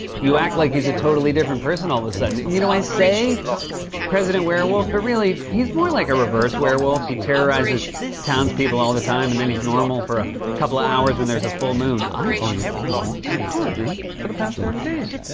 you act like he's a totally different person all of a sudden. you know, i say president werewolf, but really, he's more like a reverse werewolf. he terrorizes townspeople all the time, and then he's normal for a couple of hours when there's a full moon. i owe you all an apology for the past thirty days.